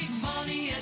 money